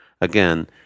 Again